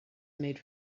made